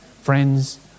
Friends